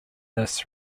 this